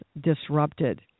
disrupted